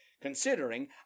considering